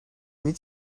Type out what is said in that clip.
read